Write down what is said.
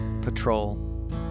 patrol